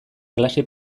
klase